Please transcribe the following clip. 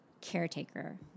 caretaker